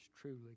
truly